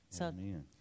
Amen